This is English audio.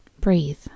Breathe